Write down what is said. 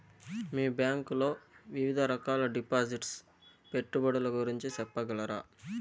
మీ bank లో వివిధ రకాల డిపాసిట్స్, పెట్టుబడుల గురించి సెప్పగలరా?